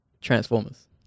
Transformers